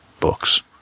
books